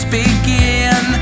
begin